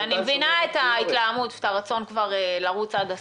אני מבינה את ההתלהמות ואת הרצון לרוץ עד הסוף.